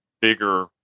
bigger